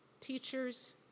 teachers